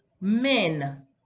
men